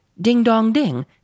Ding-dong-ding